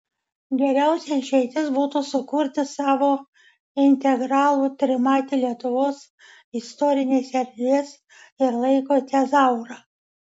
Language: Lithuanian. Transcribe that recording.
geriausia išeitis būtų sukurti savo integralų trimatį lietuvos istorinės erdvės ir laiko tezaurą